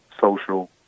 social